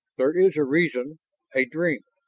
there is a reason a dream.